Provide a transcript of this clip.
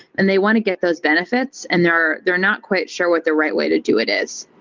and they want to get those benefits, and they're they're not quite sure what the right way to do it is.